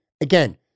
again